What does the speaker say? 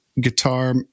guitar